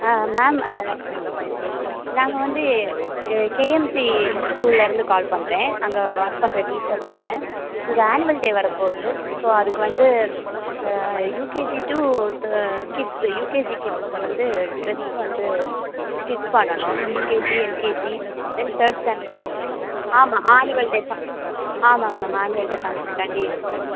ma'am நாங்கள் வந்து கேஎம்சி ஸ்கூலில் இருந்து கால் பண்ணுறேன் அங்கே வொர்க் பண்ணுற டீச்சர் நான் இங்கே ஆனுவல் டே வரப்போகுது ஸோ அதுக்கு வந்து UKG to the kids UKG கிட்ஸுக்கு வந்து ட்ரஸ் வந்து ஸ்டிச் பண்ணனும் UKG LKG then third standard வரைக்கும் ஆமாம் ஆனுவல் டேஸ் தான் ஆமாம்ங்க மேம் ஆனுவல் டே ஃபங்ஷனுக்காண்டி ஸ்டிச்